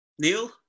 Neil